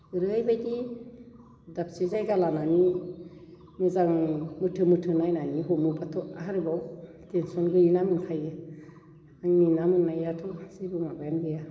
ओरैबायदि दाबसे जायगा लानानै मोजां मोथो मोथो नायनानै हमोबाथ' आरोबाव टेनसन गैयि ना मोनखायो आंनि ना मोननायाथ' जेबो माबायानो गैया